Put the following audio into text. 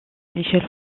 michel